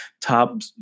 top